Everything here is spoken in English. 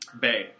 bay